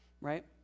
right